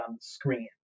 screen